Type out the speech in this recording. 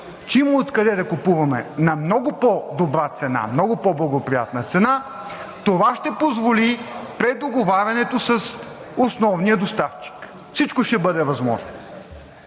има откъде да купуваме на много по-добра цена, много по-благоприятна цена, това ще позволи предоговарянето с основния доставчик. Всичко ще бъде възможно,